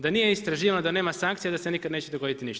Da nije istraživano da nema sankcija, da se nikada neće dogoditi ništa?